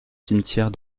cimetière